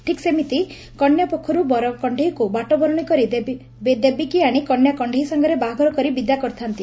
ଠିକ୍ ସେମିତି କନ୍ୟାପକ୍ଷରୁ ବର କଶେଇକୁ ବାଟବରଶୀ କରି ବେଦୀକୁ ଆଶି କନ୍ୟା କଶେଇ ସାଙ୍ଗରେ ବାହାଘର କରି ବିଦା କରିଥାନ୍ତି